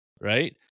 right